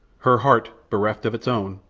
her heart, bereft of its own,